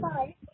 Hi